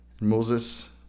Moses